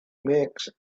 makes